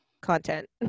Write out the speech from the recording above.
content